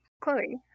Chloe